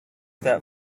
that